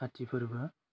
काति फोरबो